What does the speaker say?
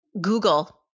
Google